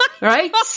Right